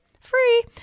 free